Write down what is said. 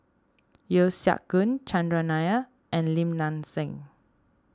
Yeo Siak Goon Chandran Nair and Lim Nang Seng